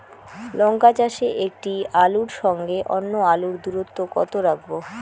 লঙ্কা চাষে একটি আলুর সঙ্গে অন্য আলুর দূরত্ব কত রাখবো?